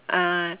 uh